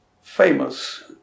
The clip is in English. famous